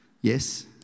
Yes